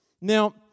Now